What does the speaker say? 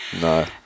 No